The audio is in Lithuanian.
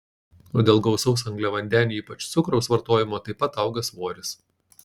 o dėl gausaus angliavandenių ypač cukraus vartojimo taip pat auga svoris